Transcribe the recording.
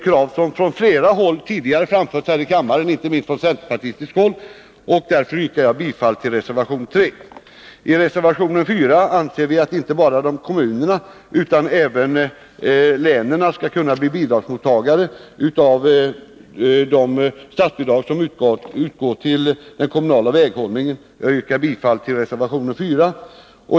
Kravet har tidigare framförts i riksdagen, inte minst från centerpartihåll. Jag yrkar bifall till reservation 3. I reservation 4 framför vi uppfattningen att inte bara kommunerna utan även länen skall kunna bli mottagare av de statsbidrag som utgår till den kommunala väghållningen. Jag yrkar bifall till reservation 4.